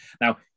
Now